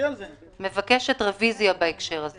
מבקשת רביזיה בהקשר הזה